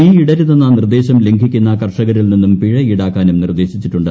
തീയിടരുതെന്ന നിർദ്ദേശം ലംഘിക്കുന്ന കർഷകരിൽ നിന്ന് പിഴ ഈടാക്കാനും നിർദ്ദേശിച്ചിട്ടുണ്ട്